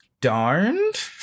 Darned